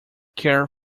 care